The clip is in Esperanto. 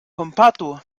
kompatu